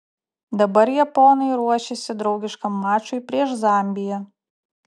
dabar japonai ruošiasi draugiškam mačui prieš zambiją